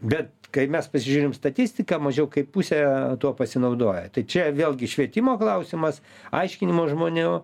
bet kai mes pasižiūrim statistiką mažiau kaip pusė tuo pasinaudoja tai čia vėlgi švietimo klausimas aiškinimo žmonių